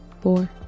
four